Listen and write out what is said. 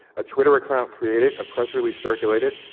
a twitter account created, a press release circulated,